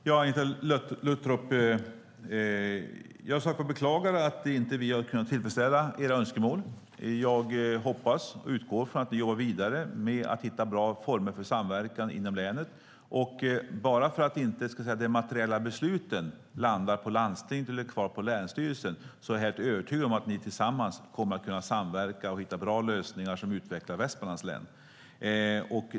Herr talman! Jag beklagar att vi inte har kunnat tillfredsställa era önskemål, Agneta Luttropp. Jag hoppas och utgår från att ni jobbar vidare med att hitta bra former för samverkan inom länet. Oavsett om de materiella besluten hamnar på landstinget eller blir kvar på länsstyrelsen är jag helt övertygad om att ni tillsammans kommer att kunna samverka och hitta bra lösningar som utvecklar Västmanlands län.